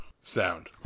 sound